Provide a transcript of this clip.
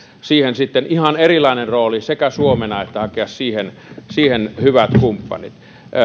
siihen sitten ihan erilainen rooli sekä suomena että hakea siihen siihen hyvät kumppanit